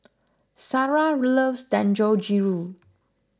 Shara loves Dangojiru